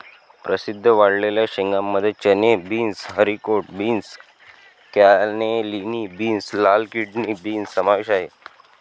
प्रसिद्ध वाळलेल्या शेंगांमध्ये चणे, beans, haricot beans, cannellini beans, लाल किडनी बीन्स समावेश आहे